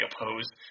opposed